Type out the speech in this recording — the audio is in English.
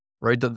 right